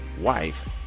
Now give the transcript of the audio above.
wife